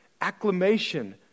acclamation